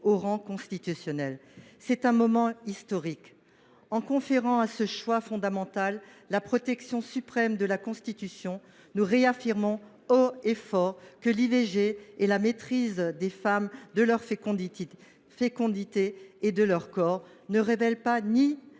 au rang constitutionnel. Il s’agit bien d’un moment historique. En conférant à ce choix fondamental la protection suprême de la Constitution, nous réaffirmerions haut et fort que l’IVG et la maîtrise par les femmes de leur fécondité et de leur corps ne relèvent ni